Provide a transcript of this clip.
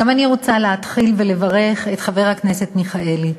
גם אני רוצה להתחיל ולברך את חבר הכנסת מיכאלי.